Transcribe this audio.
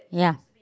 yeah